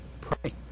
pray